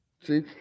see